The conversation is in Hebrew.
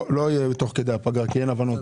לא יהיה תוך כדי הפגרה כי אין הבנות.